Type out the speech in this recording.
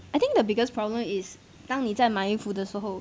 I think the biggest problem is 当你在买衣服的时候